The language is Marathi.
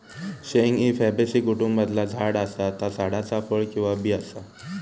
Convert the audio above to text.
शेंग ही फॅबेसी कुटुंबातला झाड असा ता झाडाचा फळ किंवा बी असा